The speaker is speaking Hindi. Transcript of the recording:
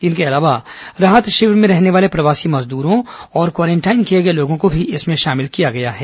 इनके अलावा राहत शिविर में रहने वाले प्रवासी मजदूरों और क्वारेंटाइन किए गए लोगों को भी इनमें शामिल किया गया है